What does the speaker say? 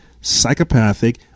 psychopathic